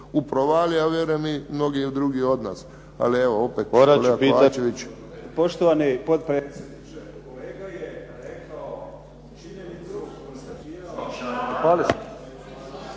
u provaliji a vjerujem ni mnogi drugi od nas. Ali evo opet. Kolega Kovačovać.